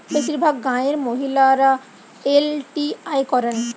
বেশিরভাগ গাঁয়ের মহিলারা এল.টি.আই করেন